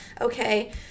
okay